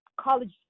College